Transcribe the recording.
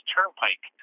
Turnpike